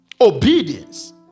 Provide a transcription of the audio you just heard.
Obedience